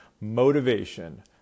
Motivation